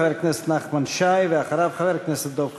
חבר הכנסת נחמן שי, ואחריו, חבר הכנסת דב חנין.